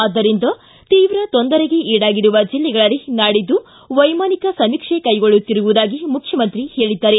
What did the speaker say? ಆದ್ದರಿಂದ ತೀವ್ರ ತೊಂದರೆಗೆ ಈಡಾಗಿರುವ ಜಿಲ್ಲೆಗಳಲ್ಲಿ ನಾಡಿದ್ದು ವೈಮಾನಿಕ ಸಮೀಕ್ಷೆ ಕೈಗೊಳ್ಳುತ್ತಿರುವುದಾಗಿ ಮುಖ್ಯಮಂತ್ರಿ ಹೇಳಿದ್ದಾರೆ